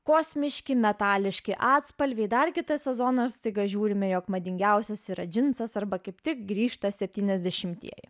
kosmiški metališki atspalviai dar kitą sezoną staiga žiūrime jog madingiausias yra džinsais arba kepti grįžta septyniasdešimtieji